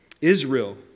Israel